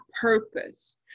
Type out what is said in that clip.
purpose